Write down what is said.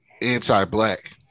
anti-black